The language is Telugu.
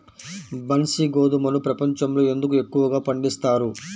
బన్సీ గోధుమను ప్రపంచంలో ఎందుకు ఎక్కువగా పండిస్తారు?